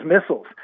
missiles